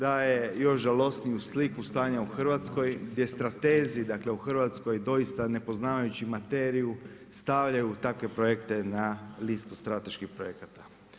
daje još žalosniju sliku stanja u Hrvatskoj, gdje stratezi dakle u Hrvatskoj doista ne poznavajući materiju stavljaju takve projekte na listu strateških projekata.